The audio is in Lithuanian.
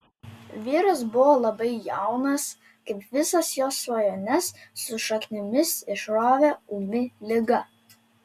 vyras buvo labai jaunas kai visas jo svajones su šaknimis išrovė ūmi liga